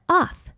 off